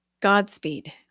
Godspeed